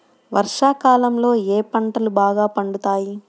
వర్షాకాలంలో ఏ పంటలు బాగా పండుతాయి?